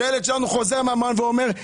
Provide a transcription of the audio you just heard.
שהילד שלנו חוזר מהמעון ואומר,